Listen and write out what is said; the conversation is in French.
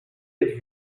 êtes